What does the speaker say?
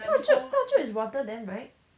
大舅大舅 is rotterdam right